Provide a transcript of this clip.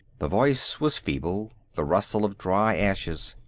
the voice was feeble, the rustle of dry ashes.